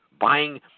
buying